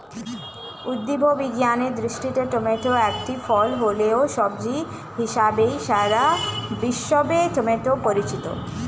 উদ্ভিদ বিজ্ঞানের দৃষ্টিতে টমেটো একটি ফল হলেও, সবজি হিসেবেই সারা বিশ্বে টমেটো পরিচিত